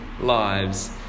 lives